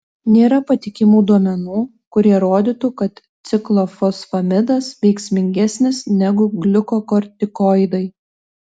nėra patikimų duomenų kurie rodytų kad ciklofosfamidas veiksmingesnis negu gliukokortikoidai